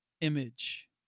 image